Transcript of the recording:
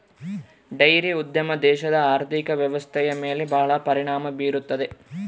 dairy ಉದ್ಯಮ ದೇಶದ ಆರ್ಥಿಕ ವ್ವ್ಯವಸ್ಥೆಯ ಮೇಲೆ ಬಹಳ ಪರಿಣಾಮ ಬೀರುತ್ತದೆ